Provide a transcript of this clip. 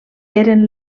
eren